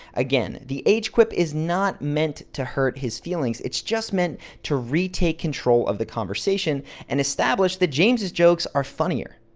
again, the age quip is not meant to hurt his feelings, it's just meant to retake control of the conversation and establish that james' jokes are funnier.